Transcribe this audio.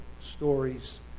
stories